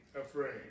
afraid